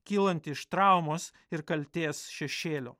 kylanti iš traumos ir kaltės šešėlio